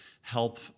help